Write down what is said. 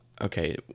okay